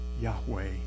Yahweh